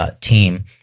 Team